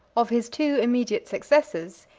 of his two immediate successors,